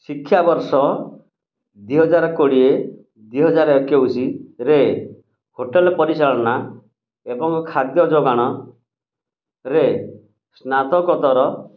ଶିକ୍ଷା ବର୍ଷ ଦୁଇହଜାର କୋଡ଼ିଏ ଦୁଇହଜାର ଏକୋଇଶିରେ ହୋଟେଲ୍ ପରିଚାଳନା ଏବଂ ଖାଦ୍ୟ ଯୋଗାଣରେ ସ୍ନାତକତର